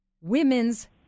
Women's